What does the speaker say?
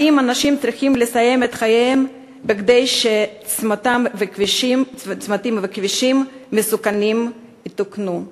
האם אנשים צריכים לסיים את חייהם כדי שצמתים וכבישים מסוכנים יתוקנו?